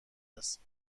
است